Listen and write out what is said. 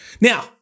Now